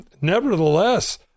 nevertheless